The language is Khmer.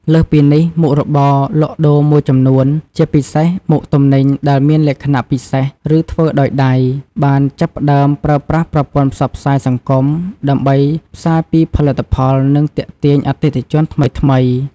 លើសពីនេះ មុខរបរលក់ដូរមួយចំនួន ជាពិសេសមុខទំនិញដែលមានលក្ខណៈពិសេស ឬធ្វើដោយដៃ បានចាប់ផ្ដើមប្រើប្រាស់ប្រព័ន្ធផ្សព្វផ្សាយសង្គម ដើម្បីផ្សាយពីផលិតផល និងទាក់ទាញអតិថិជនថ្មីៗ។